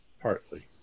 partly